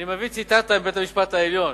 אני מביא ציטטה מבית-המשפט העליון: